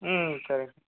ம் சரிங்க